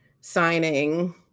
signing